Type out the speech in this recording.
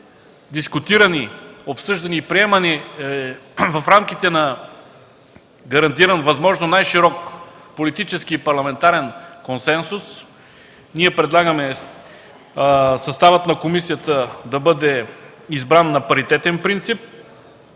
дискутирани, обсъждани и приемани в рамките на гарантиран, възможно най-широк политически и парламентарен консенсус, ние предлагаме съставът на комисията да бъде избран на паритетен принцип